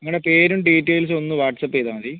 നിങ്ങളുടെ പേരും ഡീറ്റെയിൽസും ഒന്ന് വാട്ട്സ്ആപ്പ് ചെയ്താൽ മതി